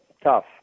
tough